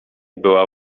była